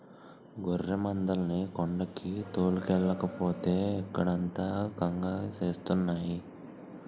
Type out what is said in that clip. గొర్రెమందల్ని కొండకి తోలుకెల్లకపోతే ఇక్కడంత కంగాలి సేస్తున్నాయి